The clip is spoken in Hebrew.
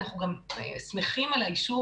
אנחנו גם שמחים על האישור,